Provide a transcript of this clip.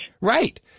Right